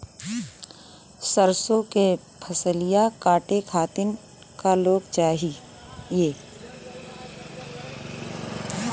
सरसो के फसलिया कांटे खातिन क लोग चाहिए?